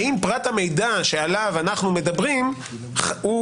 האם פרט המידע שעליו אנחנו מדברים הוא,